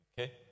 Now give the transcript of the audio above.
Okay